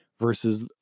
versus